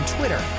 Twitter